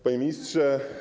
Panie Ministrze!